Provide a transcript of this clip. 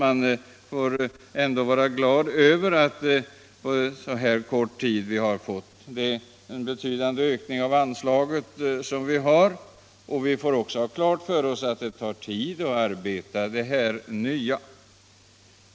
Man får väl ändå vara glad över att vi på denna korta tid har fått en betydande ökning av anslaget. Vi skall också ha klart för oss att det tar tid att arbeta med dessa nya frågor.